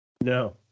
No